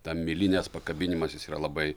ta milinės pakabinimas jis yra labai